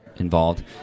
involved